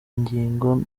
ngingo